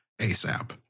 ASAP